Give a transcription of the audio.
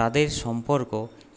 তাদের সম্পর্ক